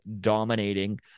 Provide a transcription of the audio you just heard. dominating